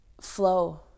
flow